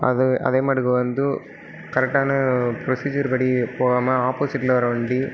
அது அதேமாதிரி இது வந்து கரெக்டான புரொசிஜர் படி போகாம ஆப்போசிட்டில் வர வண்டி